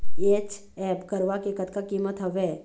HF गरवा के कतका कीमत हवए?